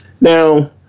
Now